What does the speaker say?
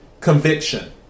Conviction